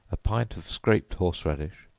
a pint of scraped horse-radish,